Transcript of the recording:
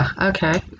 okay